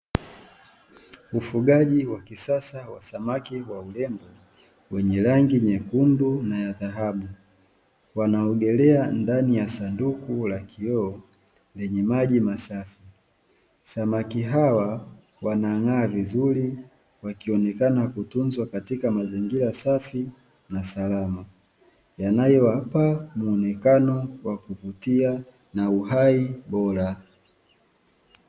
Ufugaji wakisasa wa samaki wa urembo wenye rangi nyekundu na dhahabu, wanaogelea ndani ya sanduku la kioo lanye maji masafi. Samaki hawa wanang'aa vizuri wakionekana kutunzwa katika mazingira safi na salama yanayowapa muonekano wa kuvutia na uhai bora.